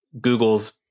Google's